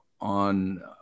on